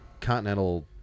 continental